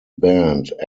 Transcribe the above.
band